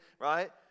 right